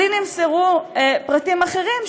לי נמסרו פרטים אחרים,